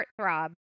heartthrob